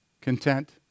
content